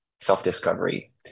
self-discovery